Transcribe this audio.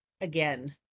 again